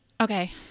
Okay